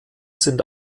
sind